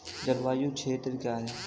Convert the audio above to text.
जलवायु क्षेत्र क्या है?